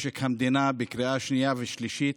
משק המדינה בקריאה שנייה ושלישית.